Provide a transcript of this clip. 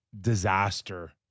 disaster